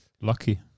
Lucky